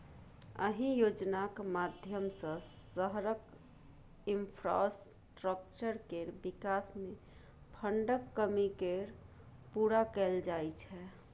अहि योजनाक माध्यमसँ शहरक इंफ्रास्ट्रक्चर केर बिकास मे फंडक कमी केँ पुरा कएल जाइ छै